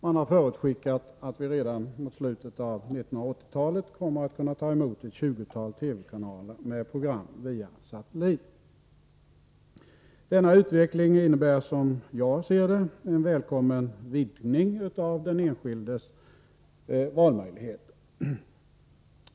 Man har förutskickat att vi redan mot slutet av 1980-talet kommer att kunna ta emot ett tjugotal Denna utveckling innebär, som jag ser det, en välkommen vidgning av den enskildes valmöjligheter.